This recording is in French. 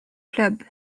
club